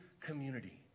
community